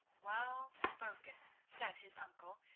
well spoken, said his uncle,